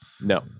No